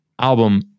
album